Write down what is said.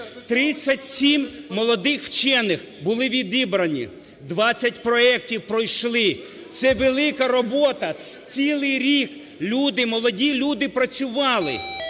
37 молодих вчених були відібрані, 20 проектів пройшли. Це велика робота, цілий рік люди, молоді люди працювали,